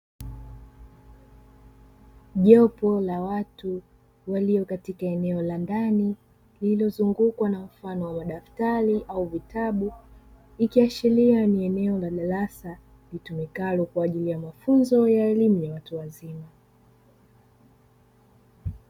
Jopo la watu waliyo katika eneo la ndani lililozungukwa na mfano wa madaftari au vitabu, ikiashiria ni eneo la darasa litumikalo kwa ajili ya mafunzo ya elimu ya watu wazima.